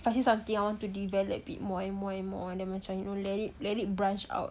if I see something I want to develop a bit more and more and more macam you know let it let it branch out